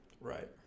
right